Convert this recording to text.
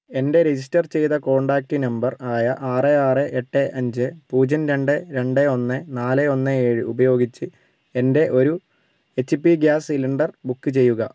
എൻ്റെ രജിസ്റ്റർ ചെയ്ത contact number ആയ ആറ് ആറ് എട്ട് അഞ്ച് പൂജ്യം രണ്ട് രണ്ട് ഒന്ന് നാല് ഒന്ന് ഏഴ് ഉപയോഗിച്ച് എന്റെ ഒരു H P gas cylinder book ചെയ്യുക